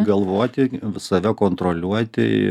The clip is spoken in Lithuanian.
galvoti save kontroliuoti